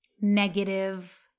negative